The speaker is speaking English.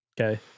okay